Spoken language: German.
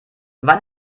wann